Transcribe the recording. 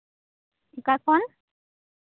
ᱚᱠᱟ ᱠᱷᱚᱱ